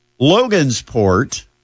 Logansport